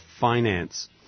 Finance